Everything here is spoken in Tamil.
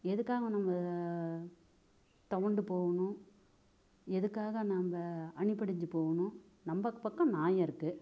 எதுக்காக நம்ப துவண்டு போகணும் எதுக்காக நம்ப அடிபடிஞ்சு போகணும் நம்ப பக்கம் நாயம் இருக்குது